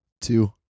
two